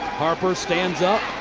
harper stands up.